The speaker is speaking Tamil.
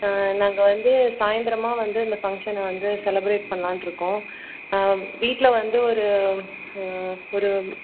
நாங்கள் வந்து சாயந்தரமா வந்து இந்த ஃபங்க்ஷனை வந்து செலப்ரேட் பண்ணலான்ருக்கோம் வீட்டில வந்து ஒரு ஒரு